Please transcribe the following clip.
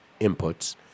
inputs